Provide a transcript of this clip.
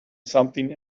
something